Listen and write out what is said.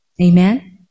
Amen